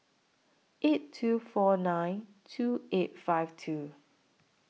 eight two four nine two eight five two